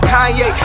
Kanye